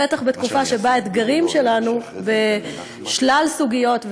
בטח בתקופה שבה האתגרים שלנו בשלל סוגיות,